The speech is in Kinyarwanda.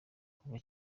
kuva